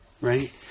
right